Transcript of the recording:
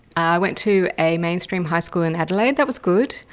i went to a mainstream high school in adelaide, that was good.